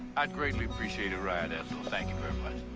i'd greatly appreciate a ride, ethel. thank you very much.